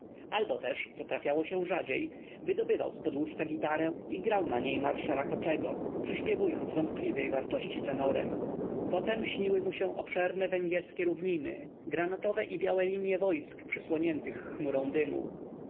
albo też co trafiało się rzadziej wydobywał zpod łóżka gitarę i grał na niej marsza rakoczego przyśpiewując wątpliwej wartości tenorem potem śniły mu się obszerne węgierskie równiny granatowe i białe linie wojsk przysłoniętych chmurą dymu